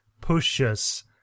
pushes